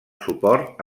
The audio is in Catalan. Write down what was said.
suport